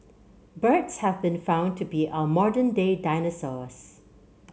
birds have been found to be our modern day dinosaurs